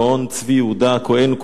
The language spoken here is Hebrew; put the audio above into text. הוא כותב מכתב לרב הגאון צבי יהודה הכהן קוק,